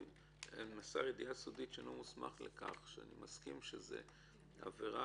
"מסר ידיעה סודית כשאינו מוסמך לכך" אני מסכים שזאת עבירה,